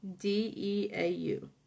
D-E-A-U